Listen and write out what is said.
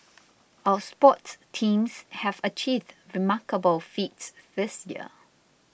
our sports teams have achieved remarkable feats this year